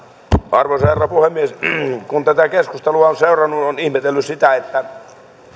arvoisa herra puhemies kun tätä keskustelua on seurannut on ihmetellyt sitä että